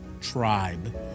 tribe